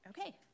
Okay